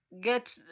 Get